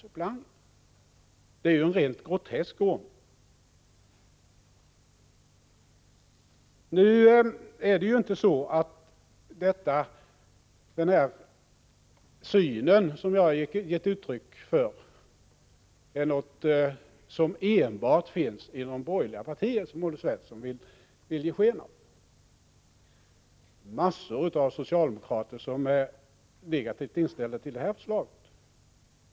Det är ju en rent grotesk ordning. Denna syn som jag har gett uttryck för är inte något som enbart förekommer inom de borgerliga partierna, vilket Olle Svensson vill ge sken av, utan det finns massor av socialdemokrater som är negativt inställda till det här förslaget.